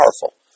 powerful